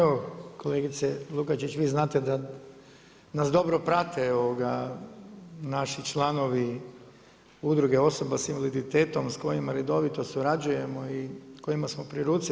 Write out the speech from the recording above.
Evo kolegice Lukačić vi znate da nas dobro prate naši članovi Udruge osoba sa invaliditetom sa kojima redovito surađujemo i kojima smo pri ruci.